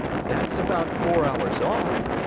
that's about four hours off,